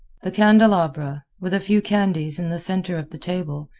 the candelabra, with a few candles in the center of the table,